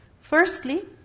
Firstly